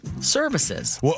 services